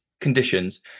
conditions